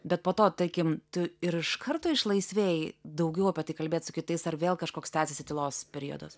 bet po to tarkim tu ir iš karto išlaisvėjai daugiau apie tai kalbėt su kitais ar vėl kažkoks tęsėsi tylos periodas